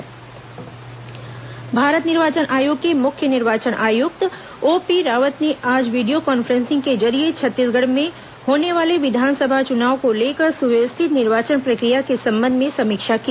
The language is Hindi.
मुख्य निर्वाचन आयुक्त वीडियो कान्फ्रेंसिंग भारत निर्वाचन आयोग के मुख्य निर्वाचन आयुक्त ओपी रावत ने आज वीडियो कान्फ्रेंसिंग के जरिए छत्तीसगढ़ में होने वाले विधानसभा चुनाव को लेकर सुव्यवस्थित निर्वाचन प्रक्रिया के संबंध में समीक्षा की